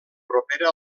propera